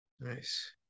Nice